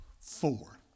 four